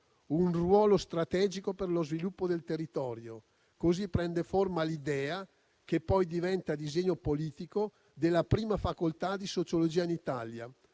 un ruolo strategico per lo sviluppo del territorio. Così prende forma l'idea, che poi diventa disegno politico, della prima facoltà di sociologia in Italia.